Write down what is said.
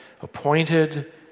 appointed